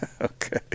Okay